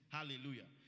Hallelujah